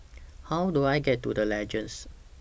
How Do I get to The Legends